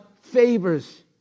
favors